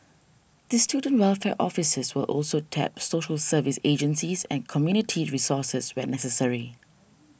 the student welfare officers will also tap social services agencies and community resources where necessary